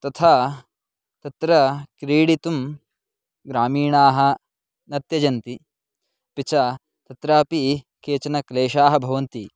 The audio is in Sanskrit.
तथा तत्र क्रीडितुं ग्रामीणाः न त्यजन्ति अपि च तत्रापि केचन क्लेशाः भवन्ति